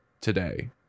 today